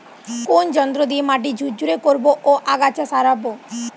কোন যন্ত্র দিয়ে মাটি ঝুরঝুরে করব ও আগাছা সরাবো?